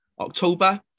October